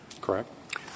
Correct